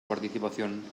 participación